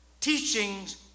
teachings